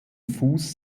fuß